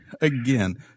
again